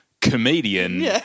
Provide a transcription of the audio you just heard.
comedian